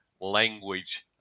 language